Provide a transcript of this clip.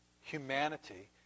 humanity